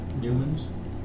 humans